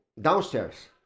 downstairs